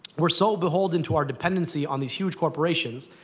we're so beholden to our dependency on these huge corporations,